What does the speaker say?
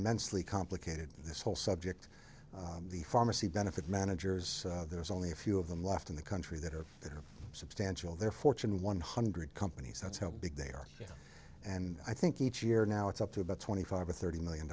immensely complicated this whole subject the pharmacy benefit managers there's only a few of them left in the country that are substantial their fortune one hundred companies that's how big they are and i think each year now it's up to about twenty five or thirty million